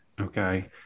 okay